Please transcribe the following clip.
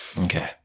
Okay